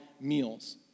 meals